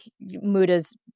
Muda's